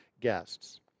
guests